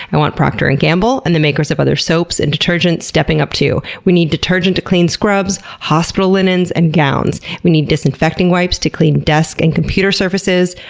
i want proctor and gamble and the makers of other soaps and detergents stepping up too. we need detergent to clean scrubs, hospital linens, and gowns. we need disinfecting wipes to clean desks and computer surfaces.